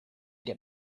get